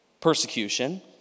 persecution